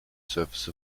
surface